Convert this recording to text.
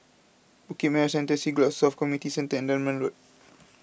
Bukit Merah Central Siglap South Community Centre and Dunman Road